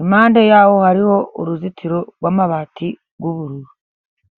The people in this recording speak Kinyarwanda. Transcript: impande yaho hariho uruzitiro rw'amabati y'ubururu.